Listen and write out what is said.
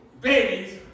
babies